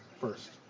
first